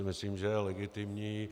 Myslím, že je legitimní.